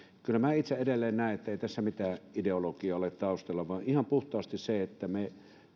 kyllä minä itse edelleen näen ettei tässä mitään ideologiaa ole taustalla vaan ihan puhtaasti se että me